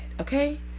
Okay